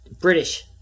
British